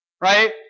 Right